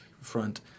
front